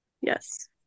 yes